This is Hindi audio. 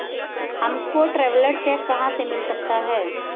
हमको ट्रैवलर चेक कहाँ से मिल सकता है?